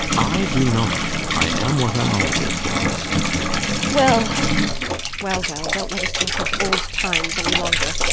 i do not. i am what i always was well well well don't let us talk of old times any longer.